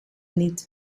niet